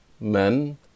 men